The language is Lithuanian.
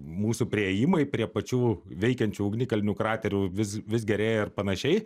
mūsų priėjimai prie pačių veikiančių ugnikalnių kraterių vis vis gerėja ir panašiai